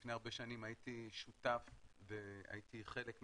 לפני הרבה שנים הייתי שותף והייתי חלק מהוועדות,